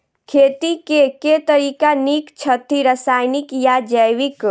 खेती केँ के तरीका नीक छथि, रासायनिक या जैविक?